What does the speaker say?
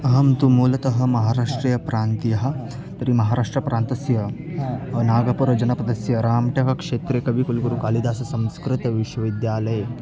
अहं तु मूलतः महाराष्ट्रीयप्रान्तीयः तर्हि महाराष्ट्रप्रान्तस्य नागपुरजनपदस्य रामटेकक्षेत्रे कविकुलगुरुः कालिदासः संस्कृतविश्वविद्यालये